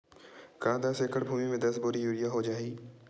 का दस एकड़ भुमि में दस बोरी यूरिया हो जाही?